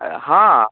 ہاں